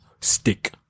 stick